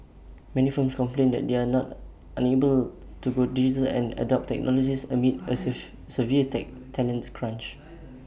many firms complain that they are not unable to go digital and adopt technologies amid A severe tech talent crunch